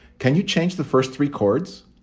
can you change the first three chords?